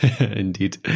indeed